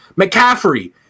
McCaffrey